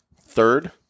Third